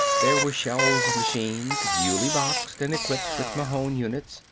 there were shelves of machines, duly boxed and equipped with mahon units,